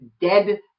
dead